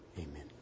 Amen